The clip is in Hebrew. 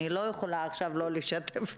אני לא יכולה עכשיו לא לשתף אותם.